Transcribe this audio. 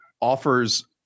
offers –